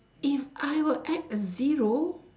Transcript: if I were add a zero